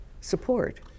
support